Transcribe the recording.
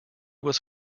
was